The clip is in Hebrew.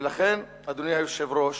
ולכן, אדוני היושב-ראש,